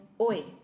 oi